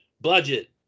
Budget